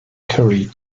currie